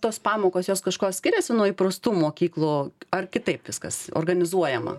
tos pamokos jos kažkuo skiriasi nuo įprastų mokyklų ar kitaip viskas organizuojama